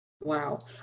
Wow